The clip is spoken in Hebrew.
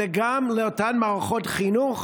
אלא גם שאותן מערכות חינוך